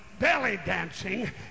belly-dancing